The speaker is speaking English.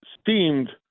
steamed